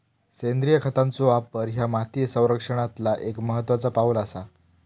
सेंद्रिय खतांचो वापर ह्या माती संरक्षणातला एक महत्त्वाचा पाऊल आसा